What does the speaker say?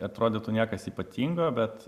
atrodytų niekas ypatingo bet